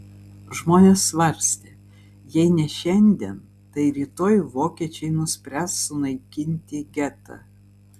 žmonės svarstė jei ne šiandien tai rytoj vokiečiai nuspręs sunaikinti getą